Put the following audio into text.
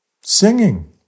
singing